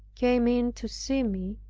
came in to see me,